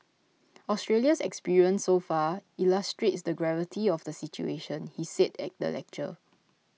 Australia's experience so far illustrates the gravity of the situation he said at the lecture